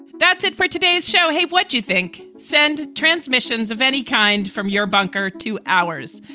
that's it for today's show. hey, what do you think? send transmissions of any kind from your bunker to ours.